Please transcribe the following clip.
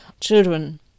Children